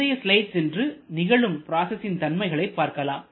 முந்தைய ஸ்லைட் சென்றுநிகழும் ப்ராசஸின் தன்மைகளை பார்க்கலாம்